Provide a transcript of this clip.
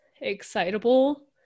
excitable